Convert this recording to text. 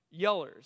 yellers